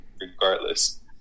regardless